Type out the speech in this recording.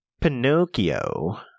Pinocchio